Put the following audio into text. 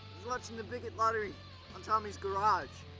watching the bigot lottery on tommy's garage.